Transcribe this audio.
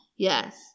Yes